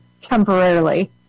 temporarily